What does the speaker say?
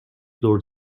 دور